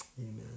amen